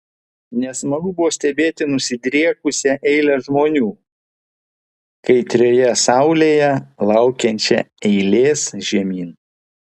nesmagu buvo stebėti nusidriekusią eilę žmonių kaitrioje saulėje laukiančią eilės žemyn